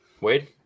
Wade